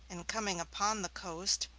in coming upon the coast,